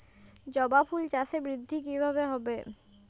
জবা ফুল চাষে বৃদ্ধি কিভাবে হবে?